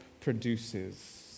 produces